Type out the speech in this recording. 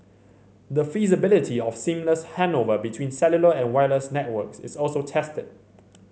the feasibility of seamless handover between cellular and wireless networks is also tested